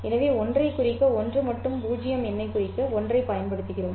எனவே 1 ஐ குறிக்க 1 மற்றும் 0 எண்ணைக் குறிக்க 1 ஐப் பயன்படுத்துகிறோம்